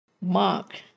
mark